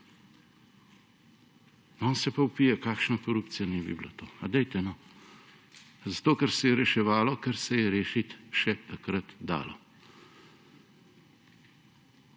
se pa vpije, kakšna korupcija naj bi bila to. Dajte, no. Zato, ker se je reševalo, kar se je še rešiti takrat dalo.